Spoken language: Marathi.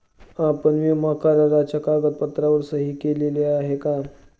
आपण विमा कराराच्या कागदपत्रांवर सही केली आहे का?